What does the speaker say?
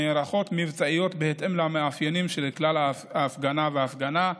היא נערכת מבצעית בהתאם למאפיינים של כל הפגנה והפגנה.